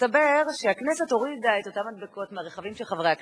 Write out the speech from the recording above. מסתבר שהכנסת הורידה את אותן מדבקות מהרכבים של חברי הכנסת,